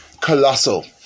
colossal